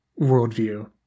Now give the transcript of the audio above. worldview